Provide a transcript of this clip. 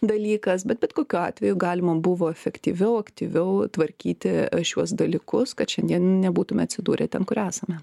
dalykas bet bet kokiu atveju galima buvo efektyviau aktyviau tvarkyti šiuos dalykus kad šiandien nebūtume atsidūrę ten kur esame